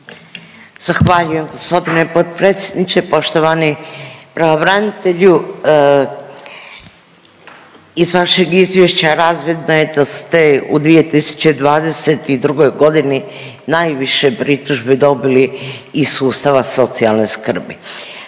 Zahvaljujem g. potpredsjedniče, poštovani pravobranitelju. Iz vašeg Izvješća razvidno je da ste u 2022. g. najviše pritužbi dobili iz sustava socijalne skrbi.